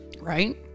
Right